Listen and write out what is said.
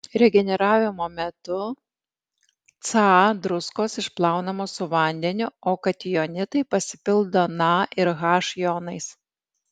regeneravimo metu ca druskos išplaunamos su vandeniu o katijonitai pasipildo na ir h jonais